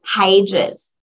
pages